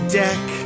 deck